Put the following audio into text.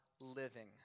living